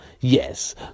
yes